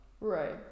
Right